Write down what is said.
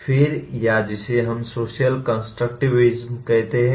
फिर आया जिसे हम सोशल कंस्ट्रक्टिविज़्म कहते हैं